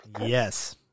Yes